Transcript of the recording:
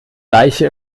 leiche